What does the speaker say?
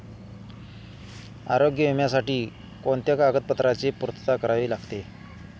आरोग्य विम्यासाठी कोणत्या कागदपत्रांची पूर्तता करावी लागते?